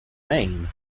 maine